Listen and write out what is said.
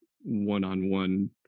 one-on-one